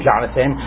Jonathan